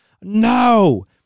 no